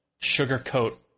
sugarcoat